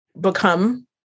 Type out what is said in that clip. become